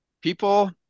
People